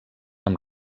amb